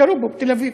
ירו בו בתל-אביב.